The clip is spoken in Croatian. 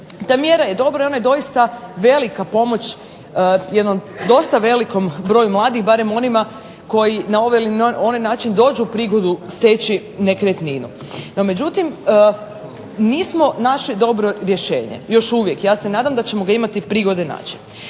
Ta mjera je dobra i ona je zaista velika pomoć, jednom dosta velikom broju mladih, barem onima koji na ovaj način ili onaj dođu u prigodu steći nekretninu. No međutim, nismo našli dobro rješenje, još uvijek, ja se nadam da ćemo imati prigode naći.